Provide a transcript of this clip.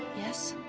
yes.